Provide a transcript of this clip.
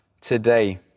today